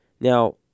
Now